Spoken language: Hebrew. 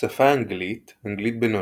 שפה אנגלית - אנגלית בינונית,